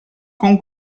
con